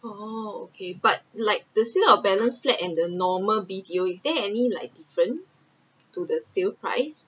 oh okay but like the sales of balance flat and the normal B_T_O is there any like difference to the sales price